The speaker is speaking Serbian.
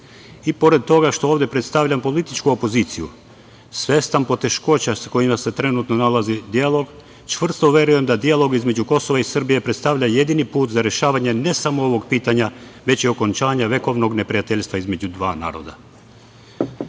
i pored toga što ovde predstavljam političku opoziciju, svestan poteškoća sa kojima se trenutno nalazi dijalog, čvrsto verujem da dijalog između Kosova i Srbije predstavlja jedini put za rešavanje ne samo ovog pitanja, već i okončanja vekovnog neprijateljstva između dva naroda. Kao